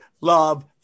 love